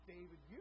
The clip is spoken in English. David